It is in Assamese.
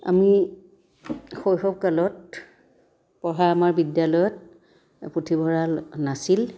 আমি শৈশৱ কালত পঢ়া আমাৰ বিদ্যালয়ত পুঁথিভৰাল নাছিল